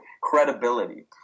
Credibility